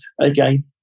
again